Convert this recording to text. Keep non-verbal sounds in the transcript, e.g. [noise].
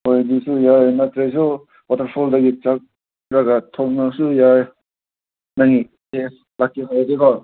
ꯍꯣꯏ ꯃꯤꯁꯨ ꯌꯥꯏ ꯅꯠꯇ꯭ꯔꯁꯨ ꯋꯥꯇꯔꯐꯣꯜꯗꯒꯤ ꯆꯠꯂꯒ ꯊꯣꯛꯂꯁꯨ ꯌꯥꯏ [unintelligible] ꯂꯥꯛꯀꯦ ꯍꯥꯏꯔꯗꯤꯀꯣ